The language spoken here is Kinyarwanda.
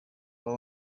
uba